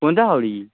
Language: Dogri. पौंदा हा ओह् बी